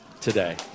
today